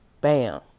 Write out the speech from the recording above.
Bam